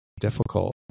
difficult